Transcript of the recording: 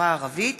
ובחברה הערבית.